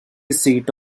seat